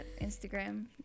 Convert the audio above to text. Instagram